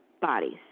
bodies